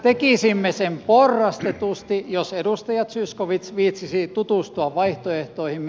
tekisimme sen porrastetusti jos edustaja zyskowicz viitsisi tutustua vaihtoehtoihimme